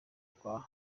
kwa